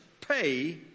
pay